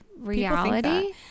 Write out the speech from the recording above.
Reality